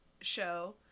show